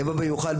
יבוא ויאכל,